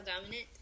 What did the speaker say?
dominant